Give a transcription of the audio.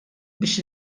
biex